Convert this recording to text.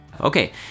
Okay